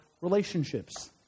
relationships